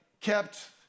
kept